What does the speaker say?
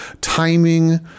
timing